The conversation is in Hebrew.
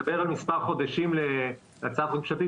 לדבר על מספר חודשים להצעת חוק ממשלתית